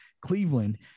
Cleveland